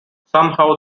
somehow